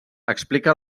explica